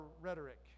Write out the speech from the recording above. rhetoric